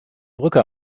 brücke